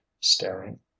staring